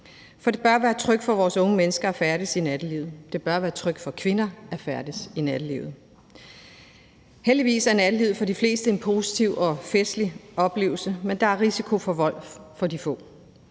for det bør være trygt for vores unge mennesker at færdes i nattelivet, det bør være trygt for kvinder at færdes i nattelivet. Heldigvis er nattelivet for de fleste en positiv og festlig oplevelse, men der er risiko for vold for de få.